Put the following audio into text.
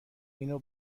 اینو